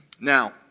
Now